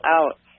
out